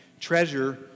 treasure